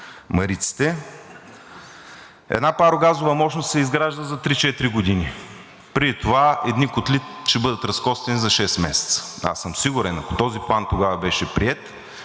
мариците. Една парогазова мощност се изгражда за 3 – 4 години. Преди това едни котли ще бъдат разкостени за шест месеца. Аз съм сигурен, ако този план тогава беше приет,